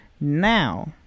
Now